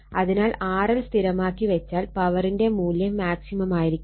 അതിനാൽ RL സ്ഥിരമാക്കി വെച്ചാൽ പവറിന്റെ മൂല്യം മാക്സിമം ആയിരിക്കും